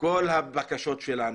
כל הבקשות שלנו,